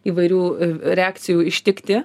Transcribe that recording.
įvairių reakcijų ištikti